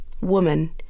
Woman